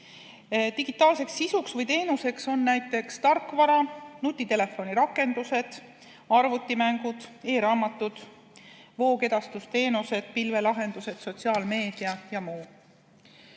Digitaalseks sisuks või teenuseks on näiteks tarkvara, nutitelefonirakendused, arvutimängud, e-raamatud, voogedastusteenused, pilvelahendused, sotsiaalmeedia ja muu.